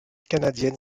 canadienne